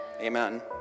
amen